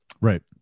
right